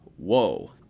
Whoa